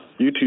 YouTube